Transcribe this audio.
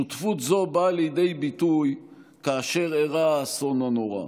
שותפות זו באה לידי ביטוי כאשר אירע האסון הנורא.